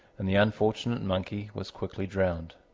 and the unfortunate monkey was quickly drowned.